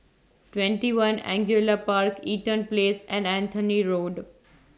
twenty one Angullia Park Eaton Place and Anthony Road